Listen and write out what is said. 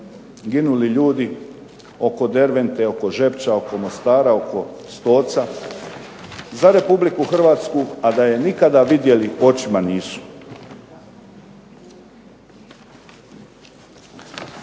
ginuli ljudi oko Dervente, oko Žepča, oko Mostara, oko Stoca za Republiku Hrvatsku, a da je nikada vidjeli očima nisu.